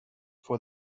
for